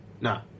No